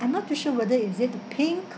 I'm not too sure whether is it a pink